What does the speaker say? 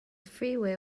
freeway